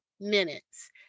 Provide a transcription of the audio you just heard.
minutes